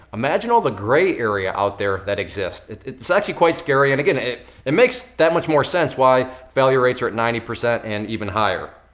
imagine all the gray area out there, if that exists. it's actually quite scary, and again, it it makes that much more sense why failure rates are at ninety percent and even higher.